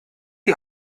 die